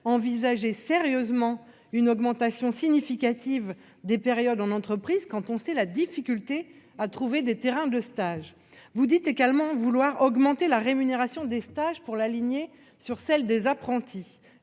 envisager sérieusement une augmentation significative des périodes en entreprise quand on sait la difficulté de trouver des terrains de stage ? Vous dites vouloir augmenter la rémunération des stages pour l'aligner sur celles des apprentis.